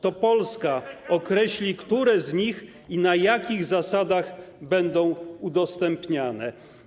To Polska określi, które z nich i na jakich zasadach będą udostępniane.